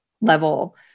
level